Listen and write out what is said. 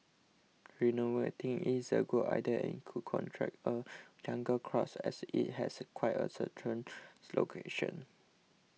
renovating it's a good idea and it could attract a younger crowd as it has quite a central location